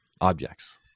objects